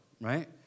right